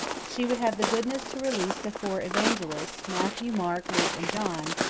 she would have the goodness to release the four evangelists, matthew, mark, luke, and john,